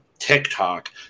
TikTok